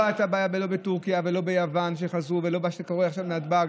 לא הייתה בעיה בטורקיה ולא ביוון ולא עם מה שקורה עכשיו בנתב"ג,